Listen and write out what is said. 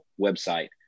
website